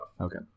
Okay